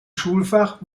schulfach